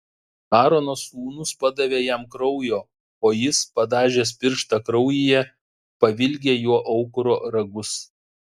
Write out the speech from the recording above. aarono sūnūs padavė jam kraujo o jis padažęs pirštą kraujyje pavilgė juo aukuro ragus